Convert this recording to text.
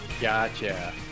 Gotcha